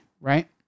right